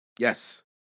Yes